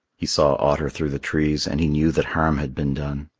he saw otter through the trees, and he knew that harm had been done.